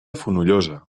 fonollosa